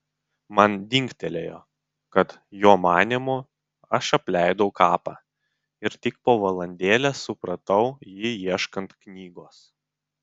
man dingtelėjo kad jo manymu aš apleidau kapą ir tik po valandėlės supratau jį ieškant knygos